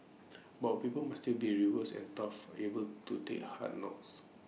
but our people must still be robust and tough able to take hard knocks